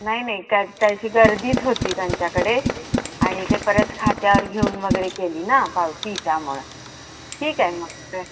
नाही नाही का तशी गर्दीच होती त्यांच्याकडे आणि ते परत खात्यावर घेऊन वगैरे केली ना पावती त्यामुळं ठीक आहे मग काय